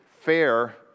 fair